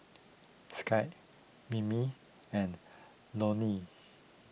Skye Mimi and Lonie